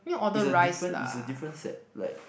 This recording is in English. is a different is a different set like